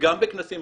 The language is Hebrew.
וגם בכנסים.